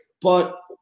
but-